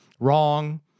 Wrong